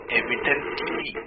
evidently